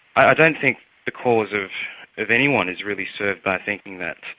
i don't think the cause of of anyone is really served by thinking that